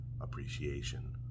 appreciation